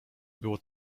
było